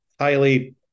highly